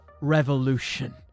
revolution